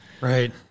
right